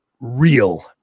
real